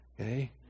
Okay